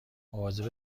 مواظب